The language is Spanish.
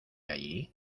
allí